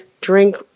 drink